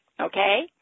okay